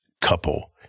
couple